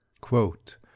quote